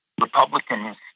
Republicans